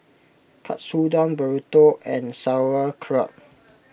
Katsudon Burrito and Sauerkraut